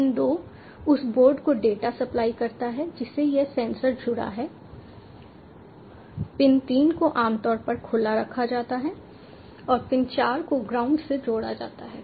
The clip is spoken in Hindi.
पिन 2 उस बोर्ड को डेटा सप्लाई करता है जिससे यह सेंसर जुड़ा है पिन 3 को आमतौर पर खुला रखा जाता है और पिन 4 को ग्राउंड से जोड़ा जाता है